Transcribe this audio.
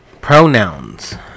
pronouns